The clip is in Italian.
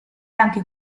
anche